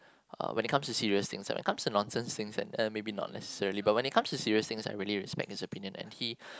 uh when it comes to serious things ah when it comes to nonsense things and uh maybe not necessarily but when it comes to serious things I really respect his opinion and he